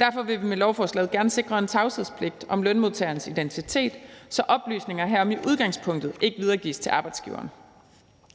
Derfor vil vi med lovforslaget gerne sikre en tavshedspligt om lønmodtagerens identitet, så oplysninger herom i udgangspunktet ikke videregives til arbejdsgiveren.